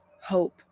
hope